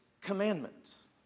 commandments